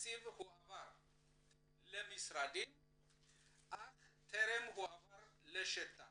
מהתקציב הועבר למשרדים, אך טרם הועבר לשטח